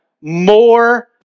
more